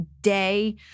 day